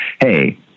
Hey